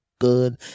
good